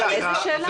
על איזה שאלה?